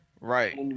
Right